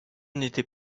n’étais